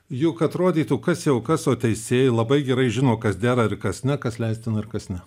juk atrodytų kas jau kas o teisėjai labai gerai žino kas dera ir kas na kas leistina ir kas ne